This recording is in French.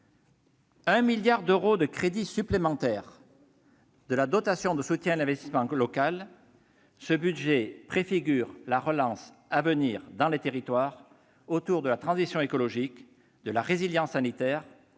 1 milliard d'euros de crédits supplémentaires de dotation de soutien à l'investissement local (DSIL), ce budget préfigure la relance à venir dans les territoires autour de la transition écologique, de la résilience sanitaire,